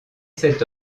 cet